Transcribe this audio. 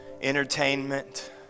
entertainment